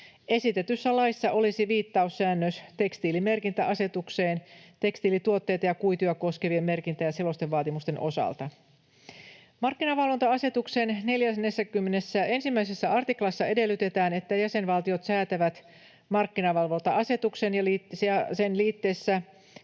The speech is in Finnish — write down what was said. Esitetyssä laissa olisi viittaussäännös tekstiilimerkintäasetukseen tekstiilituotteita ja -kuituja koskevien merkintä- ja selostevaatimusten osalta. Markkinavalvonta-asetuksen 41 artiklassa edellytetään, että jäsenvaltiot säätävät markkinavalvonta-asetuksen ja sen liitteessä